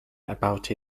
about